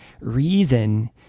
reason